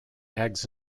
eggs